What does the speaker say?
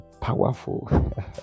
powerful